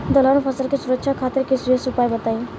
दलहन फसल के सुरक्षा खातिर विशेष उपाय बताई?